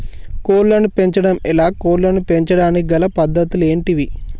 కోళ్లను పెంచడం ఎలా, కోళ్లను పెంచడానికి గల పద్ధతులు ఏంటివి?